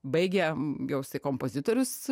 baigė jau jisai kompozitorius